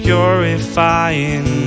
Purifying